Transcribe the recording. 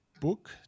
book